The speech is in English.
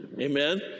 Amen